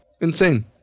insane